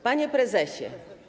Panie Prezesie!